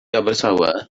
abertawe